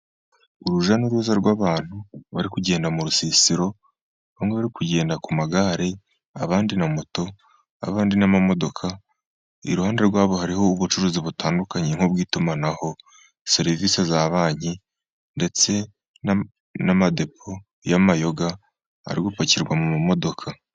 Urujya n'uruza rw'abantu bari kugenda mu rusisiro, bamwe bari kugenda ku magare, abandi na moto, abandi n'amamodoka. Iruhande rwabo hariho ubucuruzi butandukanye: nk'ubw'itumanaho, serivisi za banki, ndetse n'amadepo y'amayoga ari gupakirwa mu modoka.